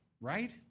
right